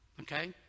Okay